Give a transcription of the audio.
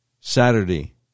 Saturday